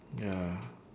ya